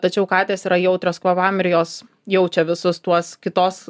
tačiau katės yra jautrios kvapam ir jos jaučia visus tuos kitos